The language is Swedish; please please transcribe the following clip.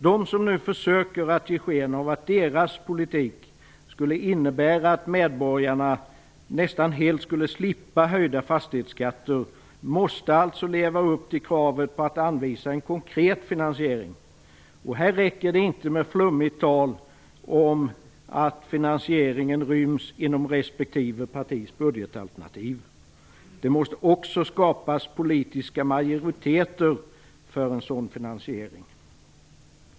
De som nu försöker ge sken av att deras politik skulle innebära att medborgarna nästan helt skulle slippa höjda fastighetsskatter måste alltså leva upp till kravet på att anvisa en konkret finansiering. Och här räcker det inte med flummigt tal om att finansieringen ryms inom respektive partis budgetalternativ. Det måste också skapas politiska majoriteter för en sådan finansiering.